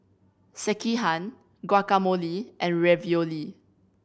Sekihan Guacamole and Ravioli